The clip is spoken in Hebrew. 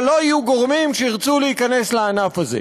אבל לא יהיו גורמים שירצו להיכנס לענף הזה.